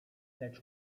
lecz